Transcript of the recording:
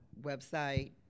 website